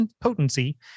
potency